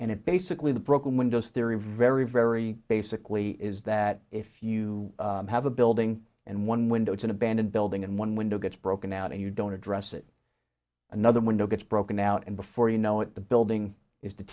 and it basically the broken windows theory very very basically is that if you have a building and one window it's an abandoned building and one window gets broken out and you don't address it another window gets broken out and before you know it the building i